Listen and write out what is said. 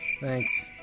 Thanks